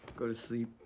go to sleep.